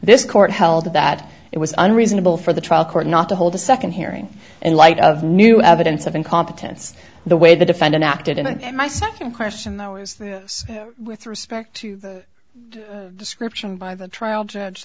this court held that it was unreasonable for the trial court not to hold a second hearing in light of new evidence of incompetence the way the defendant acted and my second question though is that with respect to the description by the trial judge